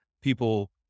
people